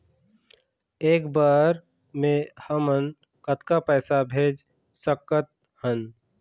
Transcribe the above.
एक बर मे हमन कतका पैसा भेज सकत हन?